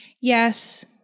yes